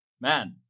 Man